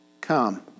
come